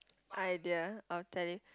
idea I will tele~